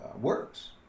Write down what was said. works